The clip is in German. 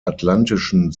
atlantischen